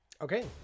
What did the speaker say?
Okay